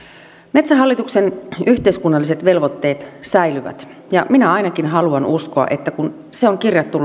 metsähallituksen yhteiskunnalliset velvoitteet säilyvät ja minä ainakin haluan uskoa että kun se on kirjattu